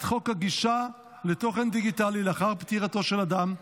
חוק הגישה לתוכן דיגיטלי לאחר פטירתו של אדם,